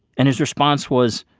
and his response was,